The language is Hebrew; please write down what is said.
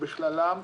ובכללם,